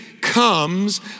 comes